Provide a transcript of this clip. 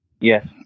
Yes